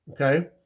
okay